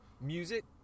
music